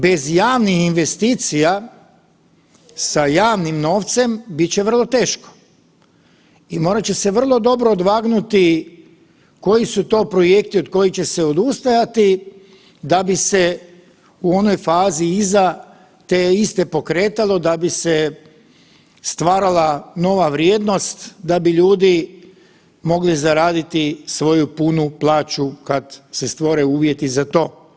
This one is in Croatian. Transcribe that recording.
Bez javnih investicija sa javnim novcem bit će vrlo teško i morat će se vrlo dobro odvagnuti koji su to projekti od kojih će se odustajati da bi se u onoj fazi iza te iste pokretalo da bi se stvarala nova vrijednost, da bi ljudi mogli zaraditi svoju punu plaću kad se stvore uvjeti za to.